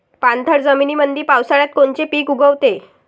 पाणथळ जमीनीमंदी पावसाळ्यात कोनचे पिक उगवते?